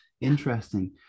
interesting